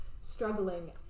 struggling